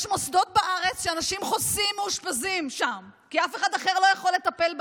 יש מוסדות בארץ שאנשים חוסים מאושפזים שם כי אף אחד לא יכול לטפל בהם,